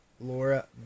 Laura